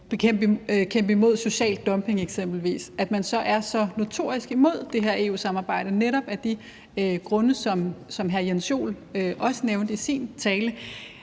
eksempelvis social dumping forstår jeg ikke, at man er så notorisk imod det her EU-samarbejde. Og det er netop af de grunde, som hr. Jens Joel også nævnte i sin tale.